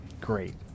Great